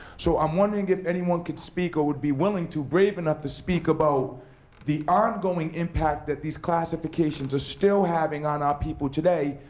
so i'm wondering if anyone could speak, or would be willing to, brave enough to speak about the ongoing impact that these classifications are still having on our people today,